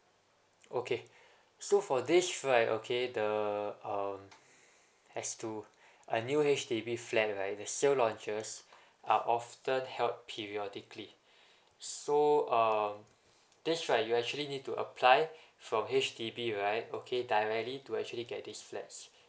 okay so for this right okay the um as to a new H_D_B flat right the sale launches are often held periodically so um this right you actually need to apply from H_D_B right okay directly to actually get this flats